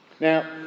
Now